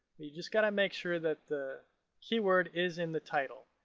but you just gotta make sure that the keyword is in the title.